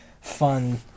fun